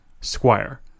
Squire